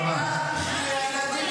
לא תהיה,